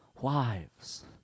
wives